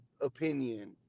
opinion